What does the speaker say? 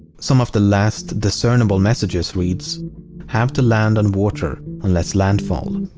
some of the last discernible messages reads have to land on water unless landfall.